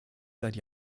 seit